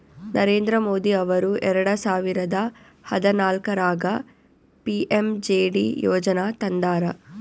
ನರೇಂದ್ರ ಮೋದಿ ಅವರು ಎರೆಡ ಸಾವಿರದ ಹದನಾಲ್ಕರಾಗ ಪಿ.ಎಮ್.ಜೆ.ಡಿ ಯೋಜನಾ ತಂದಾರ